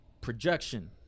projection